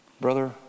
Brother